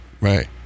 right